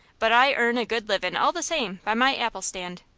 but i earn a good livin' all the same by my apple-stand.